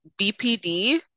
BPD